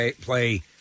play